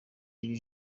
iri